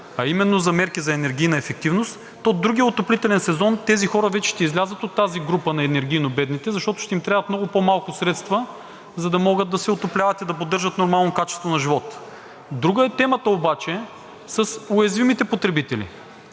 а именно за мерки за енергийна ефективност, то другия отоплителен сезон тези хора вече ще излязат от тази група на енергийно бедните, защото ще им трябват много по-малко средства, за да могат да се отопляват и да поддържат нормално качество на живот. Друга е темата обаче с уязвимите потребители.